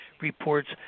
reports